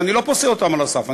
ואני לא פוסל אותם על הסף.